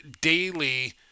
daily